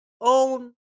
own